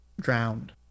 drowned